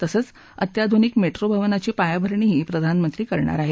तसंच अत्याधुनिक मेट्रो भवनाची पायाभरणीही प्रधानमंत्री करणार आहेत